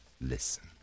Listen